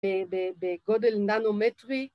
‫בגודל ננומטרי.